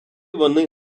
вони